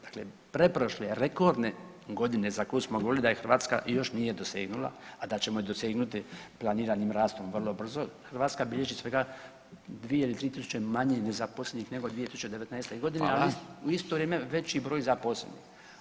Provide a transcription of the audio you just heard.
Dakle, pretprošle rekordne godine za koju smo govorili da je Hrvatska još nije dosegnula, a da ćemo je dosegnuti planiranim rastom vrlo brzo, Hrvatska bilježi svega dvije ili 3.000 manje nezaposlenih nego 2019.g., ali u isto vrijeme veći broj zaposlenih.